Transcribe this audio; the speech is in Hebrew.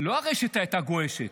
לא הרשת הייתה גועשת,